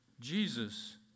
Jesus